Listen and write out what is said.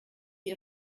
ihr